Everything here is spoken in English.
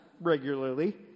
regularly